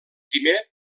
primer